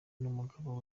umugabo